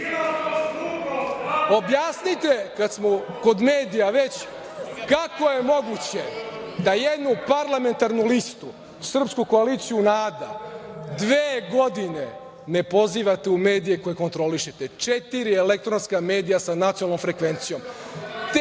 ovo naše. Kada smo kod medija već, objasnite kako je moguće da jednu parlamentarnu liste, Srpsku koaliciju NADA, dve godine ne pozivate u medije koje kontrolišete, četiri elektronska medija sa nacionalnom frekvencijom